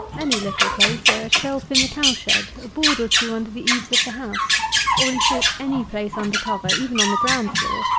any little place, a shelf in the cow shed a board or two under the eaves of the house or, in short, any place under cover, even on the ground floor,